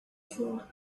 flora